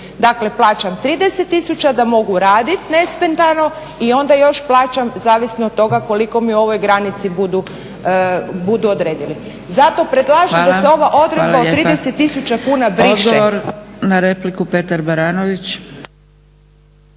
Dakle, plaćam 30 tisuća da mogu raditi nesmetano i onda još plaćam zavisno od toga koliko mi u ovoj granici budu odredili. Zato predlažem da se ova odredba o 30 tisuća kuna briše.